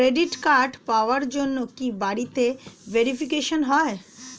Credit card পাওয়ার জন্য কি বাড়িতে ভেরিফিকেশন হয়?